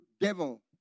devil